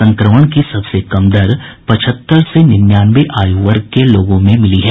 संक्रमण की सबसे कम दर पचहत्तर से निन्यानवे आयु वर्ग के लोगों में मिली है